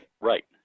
Right